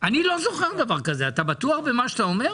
אני לא זוכר דבר כזה, אתה בטוח במה שאתה אומר?